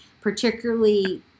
particularly